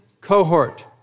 cohort